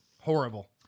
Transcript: Horrible